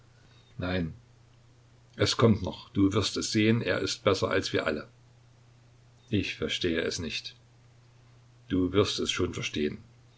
nein es kommt noch du wirst es sehen er ist besser als wir alle ich verstehe es nicht du wirst es schon verstehen